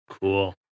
Cool